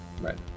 Right